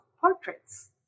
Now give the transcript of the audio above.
portraits